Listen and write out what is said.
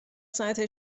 ساعت